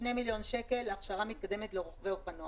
2 מיליון שקל הכשרה מתקדמת לרוכבי אופנוע